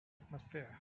atmosphere